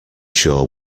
sure